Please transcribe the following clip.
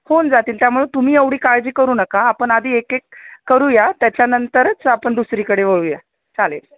होऊन जातील त्यामुळं तुम्ही एवढी काळजी करू नका आपण आधी एक एक करूया त्याच्यानंतरच आपण दुसरीकडे वळूया चालेल